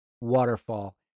waterfall